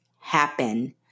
happen